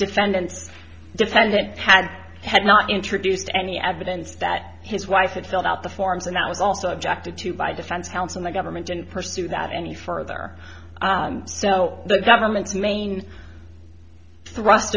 defendants defendant had had not introduced any evidence that his wife had filled out the forms and that was also objected to by defense counsel the government didn't pursue that any further so the government's main thrust